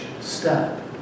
step